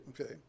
okay